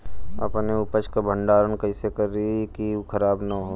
अपने उपज क भंडारन कइसे करीं कि उ खराब न हो?